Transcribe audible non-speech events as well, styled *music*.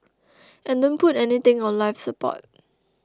*noise* and don't put anything on life support